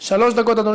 לא, הוא